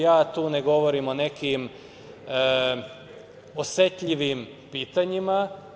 Ja tu ne ne govorim o nekim osetljivim pitanjima.